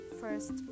first